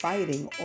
Fighting